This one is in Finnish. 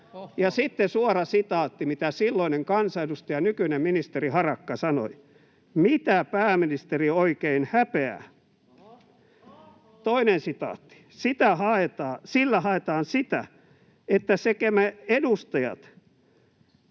Ja sitten suora sitaatti, mitä silloinen kansanedustaja, nykyinen ministeri Harakka sanoi: ”Mitä pääministeri oikein häpeää?” Silloinen kansanedustaja Vanhanen selitti: ”Sillä haetaan sitä, että sekä me edustajat